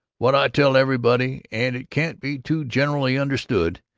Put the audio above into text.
what i tell everybody, and it can't be too generally understood,